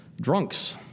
drunks